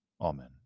Amen